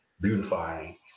beautifying